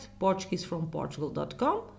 portuguesefromportugal.com